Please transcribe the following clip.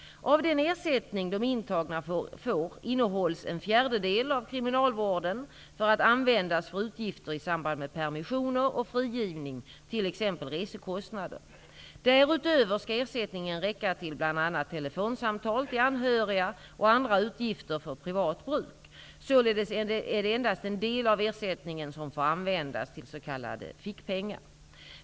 Av den ersättning de intagna får innehålls en fjärdedel av kriminalvården för att användas för utgifter i samband med permissioner och frigivning, t.ex. resekostnader. Därutöver skall ersättningen räcka till bl.a. telefonsamtal till anhöriga och andra utgifter för privat bruk. Således är det endast en del av ersättningen som får användas till s.k.